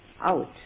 out